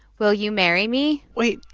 will you marry me? wait.